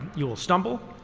you'll stumble.